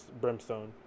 Brimstone